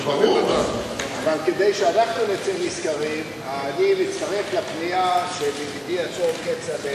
אבל כדי שאנחנו נצא נשכרים אני מצטרף לפנייה של ידידי הטוב כצל'ה,